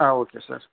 ah okay sir